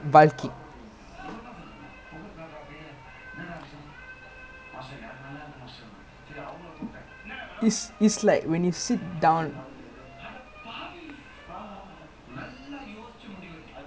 I don't know I try to not eat that much outside but then sometimes legit cannot like especially like you play right legit damn thirsty and like I don't know lah because today I only brought Ez-Link card then I need to buy something I only go McDonald's then ya lah